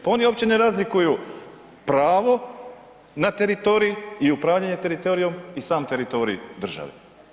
Pa oni uopće ne razlikuju pravo na teritorij i upravljanje teritorijem i sam teritorij države.